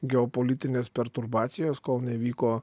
geopolitinės perturbacijos kol nevyko